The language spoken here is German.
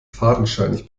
fadenscheinig